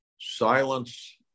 silence